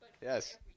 Yes